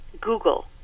google